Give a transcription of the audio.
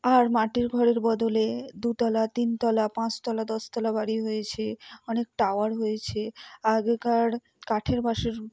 আর মাটির ঘরের বদলে দুতলা তিনতলা পাঁচতলা দশতলা বাড়ি হয়েছে অনেক টাওয়ার হয়েছে আগেকার কাঠের বাঁশের